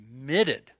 Committed